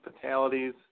fatalities